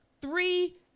three